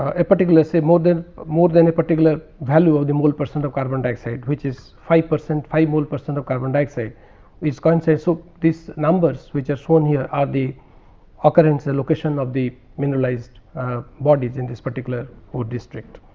a particular say more than more than a particular value of the mole percent of carbon dioxide which is five percent, five mole percent of carbon dioxide which can say. so, these numbers which are shown here are the occurrence the location of the mineralized ah bodies in this particular ore district.